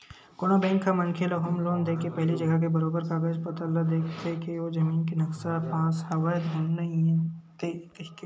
कोनो बेंक ह मनखे ल होम लोन देके पहिली जघा के बरोबर कागज पतर ल देखथे के ओ जमीन के नक्सा पास हवय धुन नइते कहिके